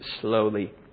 slowly